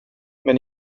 men